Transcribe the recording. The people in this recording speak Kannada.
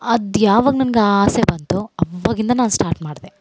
ಅದು ಯಾವಾಗ ನನ್ಗೆ ಆ ಆಸೆ ಬಂತೊ ಅವಾಗಿಂದ ನಾನು ಸ್ಟಾರ್ಟ್ ಮಾಡಿದೇ